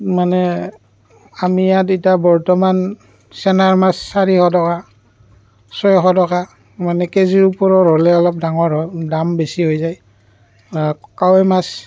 মানে আমি ইয়াত এতিয়া বৰ্তমান চেনাৰ মাছ চাৰিশ টকা ছয়শ টকা মানে কে জি ৰ ওপৰৰ হ'লে অলপ ডাঙৰ হয় দাম বেছি হৈ যায় কাৱৈ মাছ